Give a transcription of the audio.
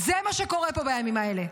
זה מה שקורה פה בימים האלה.